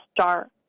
start